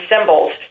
symbols